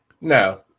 No